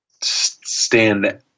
stand